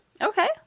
Okay